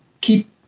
keep